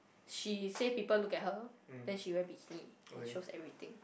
she say people look at her then she wear bikini and shows everything